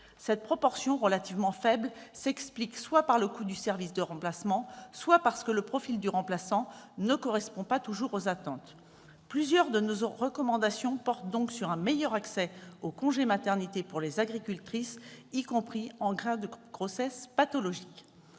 Cette proportion relativement faible s'explique soit par le coût du service de remplacement, soit par le fait que le profil du remplaçant ne correspond pas toujours aux attentes. Plusieurs de nos recommandations portent donc sur un meilleur accès au congé maternité pour les agricultrices, y compris en cas de grossesse pathologique.